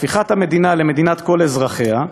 הפיכת המדינה למדינת כל אזרחיה,